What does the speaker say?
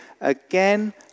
again